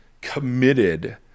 committed